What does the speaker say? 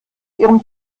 ihrem